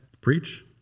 Preach